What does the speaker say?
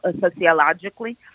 sociologically